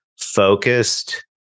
focused